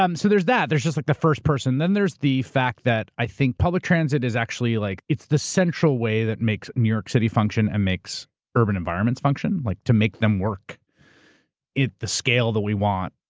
um so there's that. there's just like the first person. then there's the fact that i think public transit is actually. like it's the central way that makes new york city function and makes urban environments function. like to make them work at the scale that we want,